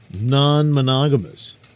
non-monogamous